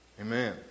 Amen